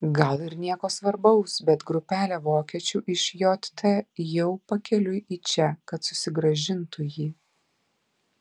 gal ir nieko svarbaus bet grupelė vokiečių iš jt jau pakeliui į čia kad susigrąžintų jį